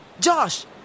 Josh